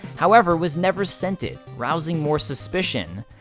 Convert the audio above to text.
however was never sent it, rousing more suspicion.